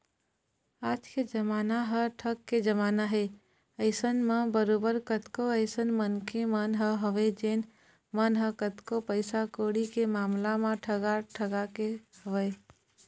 आज के जमाना ह ठग के जमाना हे अइसन म बरोबर कतको अइसन मनखे मन ह हवय जेन मन ह कतको पइसा कउड़ी के मामला म ठगा ठगा गे हवँय